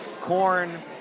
corn